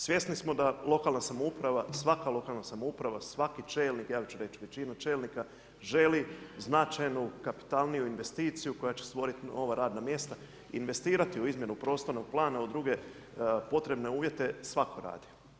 Svjesni smo da lokalna samouprava, svaka lokalna samouprava, svaki čelnik ja ću reći većinu čelnika želi značajnu kapitalniju investiciju koja će stvoriti nova radna mjesta, investirati u izmjenu prostornog plana u druge potrebne uvjete svako radi.